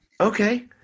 okay